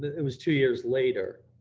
it was two years later.